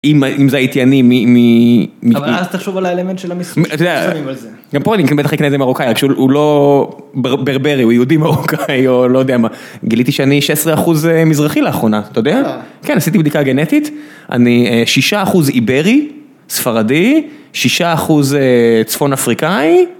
אם זה הייתי אני מ... אבל אז תחשוב על האלמנט של המספרים על זה. גם פה אני בטח אקנה את זה מרוקאי, רק שהוא לא ברברי, הוא יהודי מרוקאי או לא יודע מה. גיליתי שאני 16% מזרחי לאחרונה, אתה יודע? כן, עשיתי בדיקה גנטית, אני 6% איברי, ספרדי, 6% צפון אפריקאי.